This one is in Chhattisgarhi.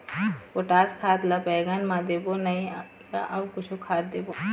पोटास खाद ला बैंगन मे देबो नई या अऊ कुछू खाद देबो?